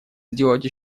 сделать